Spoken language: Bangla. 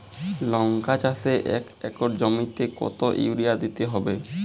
লংকা চাষে এক একর জমিতে কতো ইউরিয়া দিতে হবে?